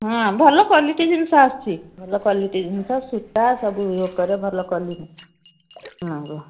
ହଁ ଭଲ କ୍ୱାଲିଟି ଜିନିଷ ଆସୁଛି ଭଲ କ୍ୱାଲିଟି ଜିନିଷ ସୂତା ସବୁ ଉପରେ ଭଲ କ୍ୱାଲିଟି ହଁ ହଉ